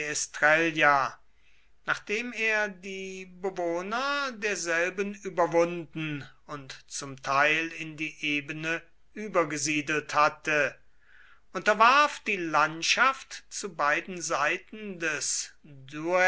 nachdem er die bewohner derselben überwunden und zum teil in die ebene übergesiedelt hatte unterwarf die landschaft zu beiden seiten des